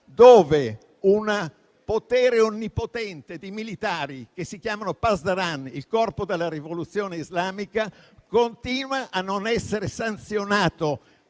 dove un potere onnipotente dei militari - si chiamano Pasdaran, il Corpo delle guardie della rivoluzione islamica - continua a non essere sanzionato